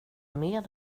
med